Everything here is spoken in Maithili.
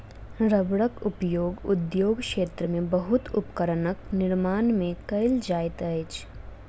रबड़क उपयोग उद्योग क्षेत्र में बहुत उपकरणक निर्माण में कयल जाइत अछि